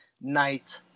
night